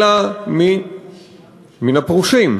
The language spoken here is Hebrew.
אלא מן הפרושים.